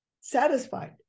satisfied